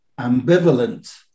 ambivalent